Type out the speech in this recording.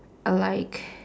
I like